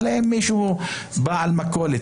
אבל אם זה בעל מכולת,